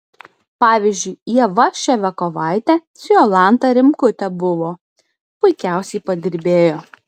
pavyzdžiui ieva ševiakovaitė su jolanta rimkute buvo puikiausiai padirbėjo